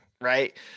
right